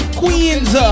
queens